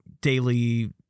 daily